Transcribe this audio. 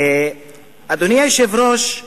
אדוני היושב-ראש,